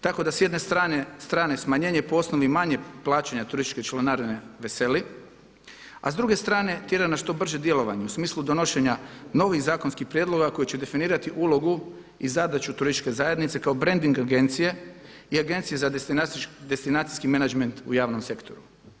Tako da s jedne strane smanjenje po osnovi manje plaćanja turističke članarine veseli a s druge strane tjera na što brže djelovanje u smislu donošenja novih zakonskih prijedloga koji će definirati ulogu i zadaću turističke zajednice kao branding agencije i Agencije za destinacijski menadžment u javnom sektoru.